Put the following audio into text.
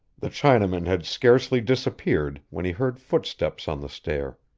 the chinaman had scarcely disappeared when he heard footsteps on the stair.